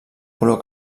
color